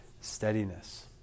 steadiness